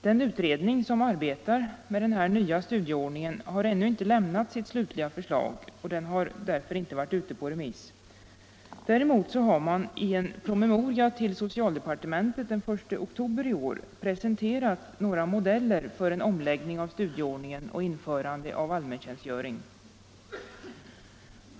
Den utredning som arbetar med denna studieordning har ännu inte lämnat sitt slutliga förslag, och det har sålunda ännu inte varit ute på remiss. Däremot har man i en promemoria till socialdepartementet den 1 oktober i år presenterat några modeiler för en omläggning av studieordningen och införande av allmäntjänstgöring.